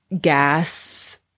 gas